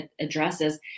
addresses